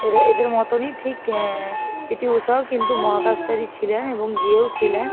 এরা এদের মতনই ঠিক পিটি ঊষাও কিন্তু মহাকাশচারী ছিলেন এবং গিয়েওছিলেন